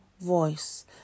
voice